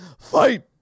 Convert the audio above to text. Fight